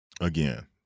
again